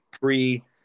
pre